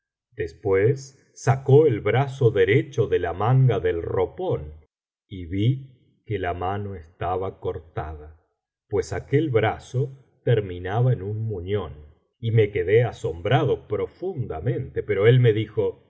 después sacó el brazo derecho ele la manga del ropón y vi que la mano estaba cortada pues aquel brazo terminaba en un muñón y me quedé asombrado profundamente pero él me dijo